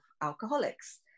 alcoholics